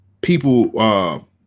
people